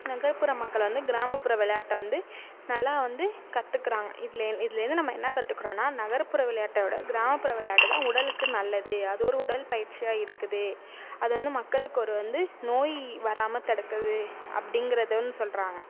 நகர்புற மக்கள் வந்து கிராமப்புற விளையாட்டை வந்து நல்லா வந்து கத்துக்கிறாங்க இதில் இதுலேருந்து நம்ம என்ன கத்துக்குறோம்னா நகர்ப்புற விளையாட்டு கிராமப்புற விளையாட்டு தான் உடலுக்கு நல்லது அது ஒரு உடல் பயிற்சியாக இருக்குது அது வந்து மக்களுக்கு ஒரு வந்து நோய் வராமல் தடுக்குது அப்டிங்கிறது சொல்கிறாங்க